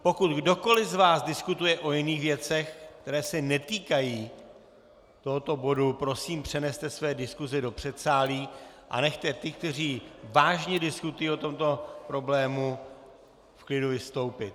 Pokud kdokoli z vás diskutuje o jiných věcech, které se netýkají tohoto bodu, prosím, přeneste své diskuse do předsálí a nechte ty, kteří vážně diskutují o tomto problému, v klidu vystoupit.